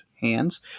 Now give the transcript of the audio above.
hands